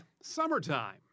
summertime